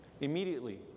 Immediately